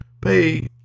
pay